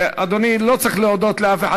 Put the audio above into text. אדוני, לא צריך להודות לאף אחד.